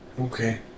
Okay